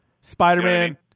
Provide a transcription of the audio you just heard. Spider-Man